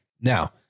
Now